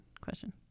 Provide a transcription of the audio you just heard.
Question